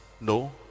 no